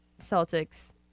Celtics